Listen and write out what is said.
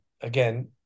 again